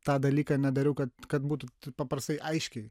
tą dalyką nedariau kad kad būtų paprastai aiškiai